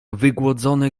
wygłodzony